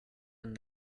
and